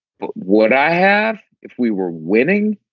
but what i have if we were winning,